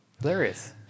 Hilarious